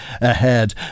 ahead